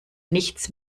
nichts